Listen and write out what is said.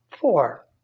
four